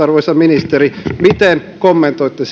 arvoisa ministeri miten kommentoitte